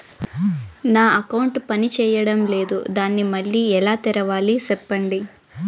నా అకౌంట్ పనిచేయడం లేదు, దాన్ని మళ్ళీ ఎలా తెరవాలి? సెప్పండి